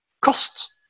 costs